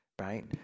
right